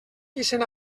ixen